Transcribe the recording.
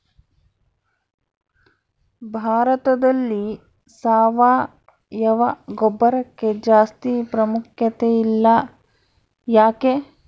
ಭಾರತದಲ್ಲಿ ಸಾವಯವ ಗೊಬ್ಬರಕ್ಕೆ ಜಾಸ್ತಿ ಪ್ರಾಮುಖ್ಯತೆ ಇಲ್ಲ ಯಾಕೆ?